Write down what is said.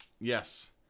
Yes